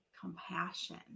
compassion